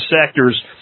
sectors